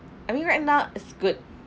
I mean right now it's good